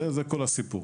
זה כל הסיפור